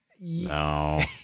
No